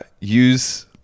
use